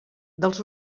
dels